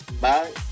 Bye